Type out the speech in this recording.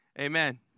Amen